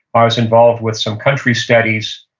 i was involved with some country studies,